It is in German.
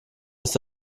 ist